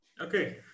Okay